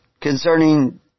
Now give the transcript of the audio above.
concerning